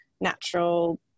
natural